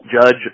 Judge